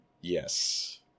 yes